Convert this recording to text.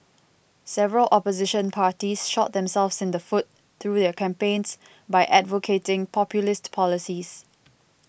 several opposition parties shot themselves in the foot through their campaigns by advocating populist policies